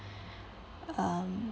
um